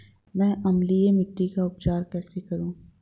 मैं अम्लीय मिट्टी का उपचार कैसे करूं?